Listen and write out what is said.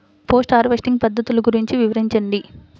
Post harvesting పద్ధతులు గురించి వివరించండి?